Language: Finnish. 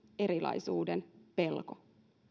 erilaisuuden pelko